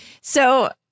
So-